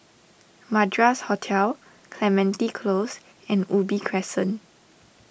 Madras Hotel Clementi Close and Ubi Crescent